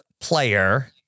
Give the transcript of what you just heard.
player